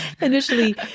initially